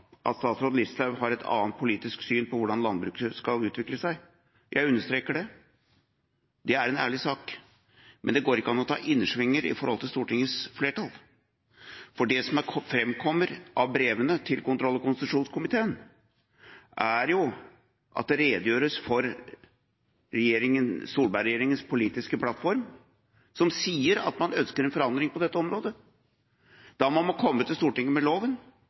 at statsråd Listhaug har et annet politisk syn på hvordan landbruket skal utvikle seg – jeg understreker det, det er en ærlig sak. Men det går ikke an å ta innersvinger i forhold til Stortingets flertall. Det som framkommer av brevene til kontroll- og konstitusjonskomiteen, er jo at det redegjøres for Solberg-regjeringens politiske plattform, som sier at man ønsker en forandring på dette området. Da må man komme til Stortinget med loven